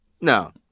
No